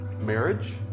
marriage